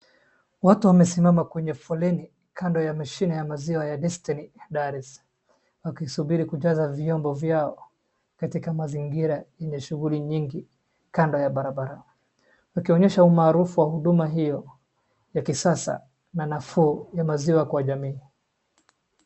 Watu wamesimama kwenye foleni kando ya mashine ya maziwa ya Destiny Dairies wakisubiri kujaza vyombo vyao katika mazingira yenye shughuli nyingi kando ya barabara. Wakionyesha umaarufu wa huduma hiyo ya kisasa na nafuu ya maziwa kwa jamii.